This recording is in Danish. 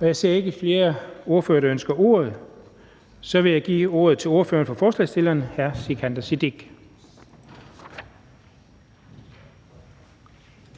og jeg ser ikke flere spørgere, der ønsker ordet. Så vil jeg give ordet til ordføreren for forslagsstillerne, hr. Sikandar Siddique.